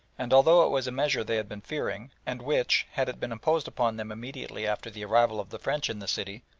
and although it was a measure they had been fearing, and which, had it been imposed upon them immediately after the arrival of the french in the city,